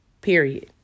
period